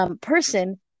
person